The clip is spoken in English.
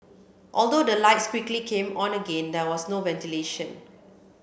although the lights quickly came on again there was no ventilation